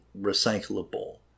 recyclable